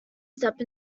step